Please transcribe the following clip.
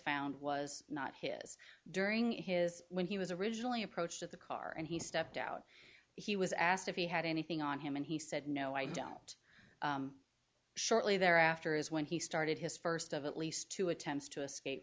found was not his during his when he was originally approached the car and he stepped out he was asked if he had anything on him and he said no i don't surely they're after is when he started his first of at least two attempts to escape